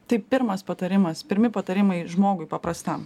tai pirmas patarimas pirmi patarimai žmogui paprastam